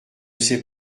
sais